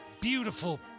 beautiful